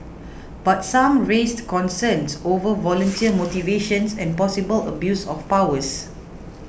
but some raised concerns over volunteer motivations and possible abuse of powers